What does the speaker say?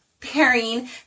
pairing